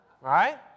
right